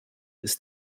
ist